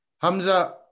Hamza